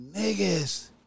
Niggas